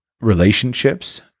relationships